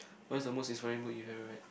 what's the most inspiring book you've ever read